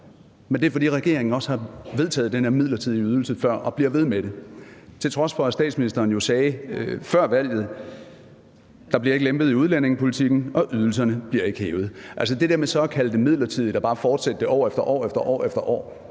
men det er, fordi regeringen også har vedtaget den her midlertidige ydelse før og bliver ved med det, til trods for at statsministeren jo sagde før valget: Der bliver ikke lempet i udlændingepolitikken, og ydelserne bliver ikke hævet. Til det der med så at kalde det midlertidigt og bare fortsætte det år efter år vil jeg sige, at